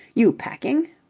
you packing?